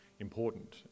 important